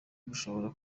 gushobora